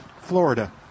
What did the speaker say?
Florida